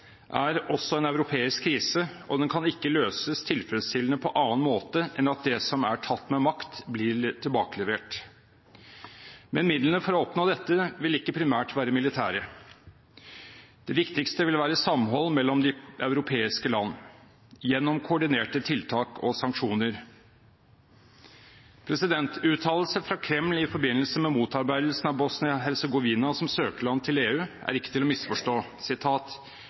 er også en europeisk krise, og den kan ikke løses tilfredsstillende på annen måte enn at det som er tatt med makt, blir tilbakelevert. Men midlene for å oppnå dette vil ikke primært være militære. Det viktigste vil være samhold mellom de europeiske land gjennom koordinerte tiltak og sanksjoner. Uttalelser fra Kreml i forbindelse med motarbeidelsen av Bosnia-Hercegovina som søkerland til EU er ikke til å misforstå: